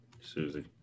Susie